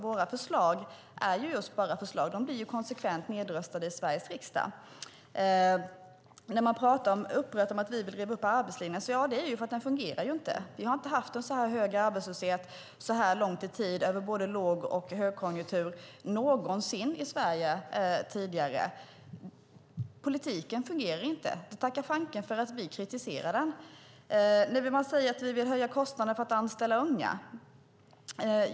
Våra förslag är just bara förslag. De blir konsekvent nedröstade i Sveriges riksdag. Man pratar upprört om att vi vill riva upp arbetslinjen. Ja, det är ju för att den inte fungerar. Vi har inte haft en så här hög arbetslöshet under så här lång tid och över både låg och högkonjunktur någonsin i Sverige tidigare. Politiken fungerar inte. Tacka fanken för att vi kritiserar den! Man säger att vi vill höja kostnaden för att anställa unga.